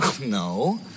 No